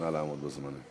נא לעמוד בזמן.